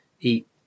eat